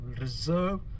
reserve